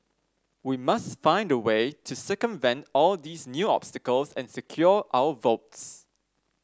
we must find a way to circumvent all these new obstacles and secure our votes